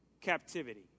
captivity